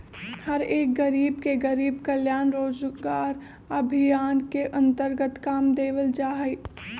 हर एक गरीब के गरीब कल्याण रोजगार अभियान के अन्तर्गत काम देवल जा हई